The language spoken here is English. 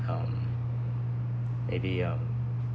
um maybe uh